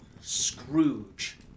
Scrooge